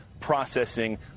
processing